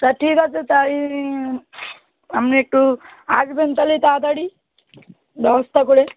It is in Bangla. তা ঠিক আছে তাই আপনি একটু আসবেন তাহলে তাড়াতাড়ি ব্যবস্থা করে